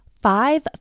Five